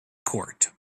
court